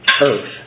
earth